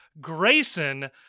Grayson